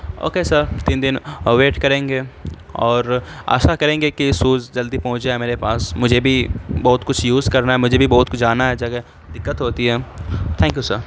okay sir تین دن wait کریں گے اور آشا کریں گے کہ سوز جلدی پہنچ جائے میرے پاس مجھے بھی بہت کچھ یوز کرنا ہے مجھے بھی بہت کچھ جانا ہے جگہ دقت ہوتی ہے تھینک یو سر